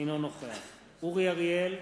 אינו נוכח אורי אריאל,